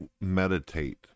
meditate